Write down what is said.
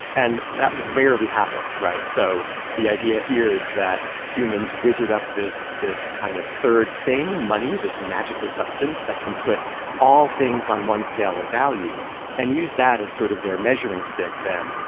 and that rarely happens, right? so the idea here is that humans wizard up this this kind of third thing, money, this magical substance that can put all things on one scale of value and use that as sort of their measuring stick, then,